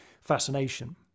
fascination